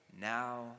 now